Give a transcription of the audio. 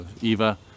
EVA